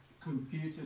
computer